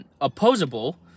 opposable